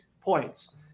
points